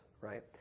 Right